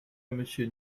monsieur